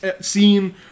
scene